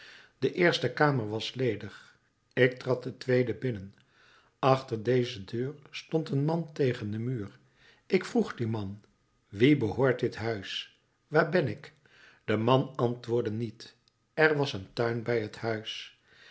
de eerste kamer was ledig ik trad de tweede binnen achter deze deur stond een man tegen den muur ik vroeg dien man wien behoort dit huis waar ben ik de man antwoordde niet er was een tuin bij het huis